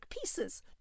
pieces